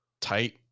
tight